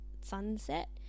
sunset